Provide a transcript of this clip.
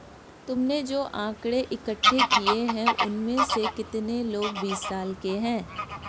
तुमने जो आकड़ें इकट्ठे किए हैं, उनमें से कितने लोग बीस साल के हैं?